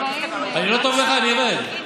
אני לא טוב לך, אני ארד.